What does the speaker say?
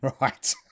Right